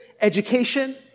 education